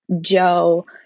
Joe